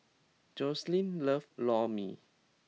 Joselyn loves Lor Mee